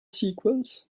sequels